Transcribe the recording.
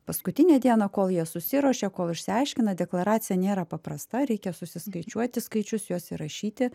paskutinę dieną kol jie susiruošia kol išsiaiškina deklaracija nėra paprasta reikia susiskaičiuoti skaičius juos įrašyti